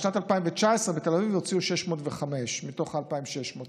בשנת 2019 בתל אביב הוציאו 605 מתוך ה-2,600.